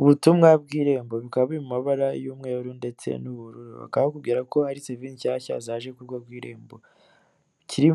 Ubutumwa bw'Irembo. Bukaba buri mu mabara y'umweru ndetse n'ubururu, bakaba bakubwira ko hari serivisi nshyashya zaje ku rubuga rw'Irembo,